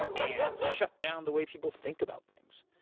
and shut down the way people think about things.